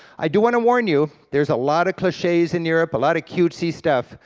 i do want to warn you there's a lot of cliches in europe, a lot of cutesy stuff,